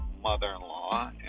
mother-in-law